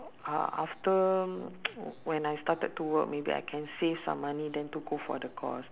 uh after when I started to work maybe I can save some money then to go for the course